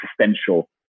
existential